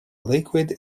liquid